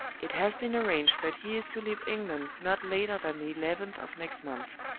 it has been arranged that he is to leave england not later than the eleventh of next month.